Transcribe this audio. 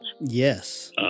Yes